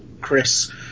Chris